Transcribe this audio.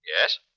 Yes